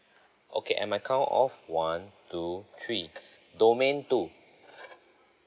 okay at my count of one two three domain two